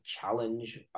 challenge